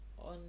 on